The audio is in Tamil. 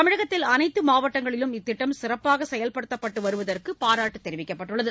தமிழகத்தில் அனைத்து மாவட்டங்களிலும் இத்திட்டம் சிறப்பாக செயல்படுத்தப்பட்டு வருவதற்கு பாராட்டு தெரிவிக்கப்பட்டது